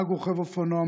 רוכב אופנוע,